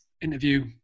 interview